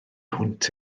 hwnt